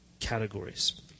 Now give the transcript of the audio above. categories